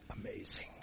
amazing